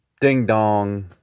ding-dong